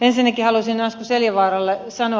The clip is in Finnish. asko seljavaaralle sanoa